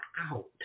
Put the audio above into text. out